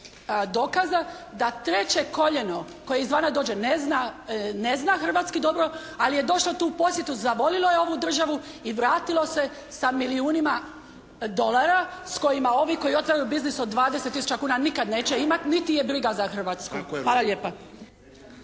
dokaza, da treće koljeno koje izvana dođe ne zna hrvatski dobro, ali je došlo tu u posjetu, zavolilo je ovu državu i vratilo se sa milijunima dolara s kojima ovi koji otvaraju biznis od 20 tisuća kuna nikad neće imati, niti ih je briga za Hrvatsku. …/Upadica: